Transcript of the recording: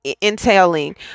entailing